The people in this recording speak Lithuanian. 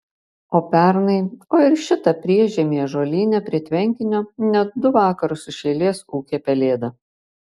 o pernai o ir šitą priešžiemį ąžuolyne prie tvenkinio net du vakarus iš eilės ūkė pelėda